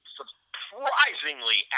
surprisingly